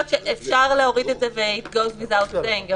שאפשר להוריד את זה וש-it goes without saying,